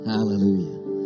Hallelujah